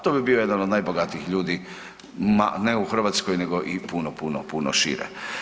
To bi bio jedan od najbogatijih ljudi, ma ne u Hrvatskoj nego i puno, puno, puno šire.